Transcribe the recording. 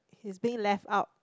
he's being left out